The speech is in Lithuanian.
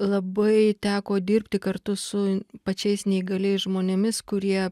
labai teko dirbti kartu su pačiais neįgaliais žmonėmis kurie